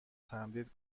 تمدید